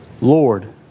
Lord